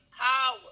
power